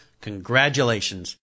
congratulations